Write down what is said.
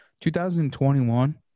2021